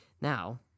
Now